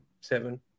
seven